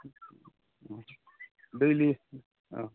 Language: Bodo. दैलि अ